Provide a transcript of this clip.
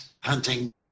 hunting